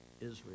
Israel